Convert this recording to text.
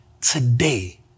today